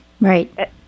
Right